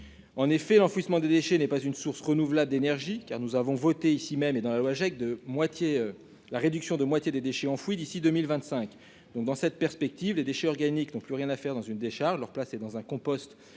En effet, l'enfouissement des déchets n'est pas une source renouvelable d'énergie. Nous avons voté dans la loi Agec la réduction de moitié des déchets enfouis d'ici à 2025. Dans cette perspective, la place des déchets organiques n'est plus du tout dans une décharge, mais dans un compost